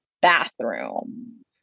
bathroom